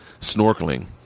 snorkeling